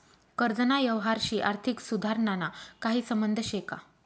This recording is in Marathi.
कर्जना यवहारशी आर्थिक सुधारणाना काही संबंध शे का?